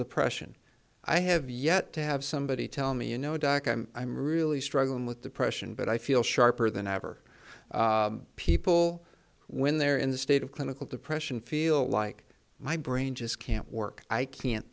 depression i have yet to have somebody tell me you know doc i'm i'm really we're going with depression but i feel sharper than ever people when they're in the state of clinical depression feel like my brain just can't work i can't